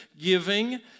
giving